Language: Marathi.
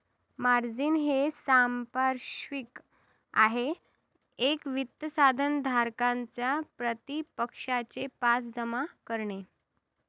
मार्जिन हे सांपार्श्विक आहे एक वित्त साधन धारकाच्या प्रतिपक्षाचे पास जमा करणे